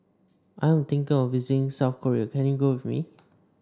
I'm think of visiting South Korea can you go with me